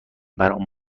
برامون